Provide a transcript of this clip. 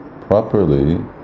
properly